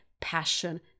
passion